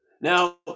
Now